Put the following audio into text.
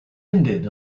ended